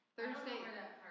Thursday